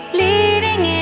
leading